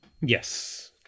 Yes